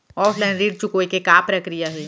Offline ऋण चुकोय के का प्रक्रिया हे?